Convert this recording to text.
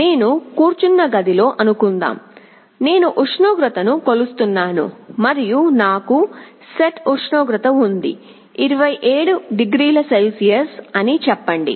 నేను కూర్చున్న గదిలో అనుకుందాం నేను ఉష్ణోగ్రతను కొలుస్తున్నాను మరియు నాకు సెట్ ఉష్ణోగ్రత ఉంది 27 డిగ్రీల సెల్సియస్ అని చెప్పండి